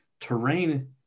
terrain